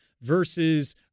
versus